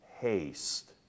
haste